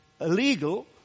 illegal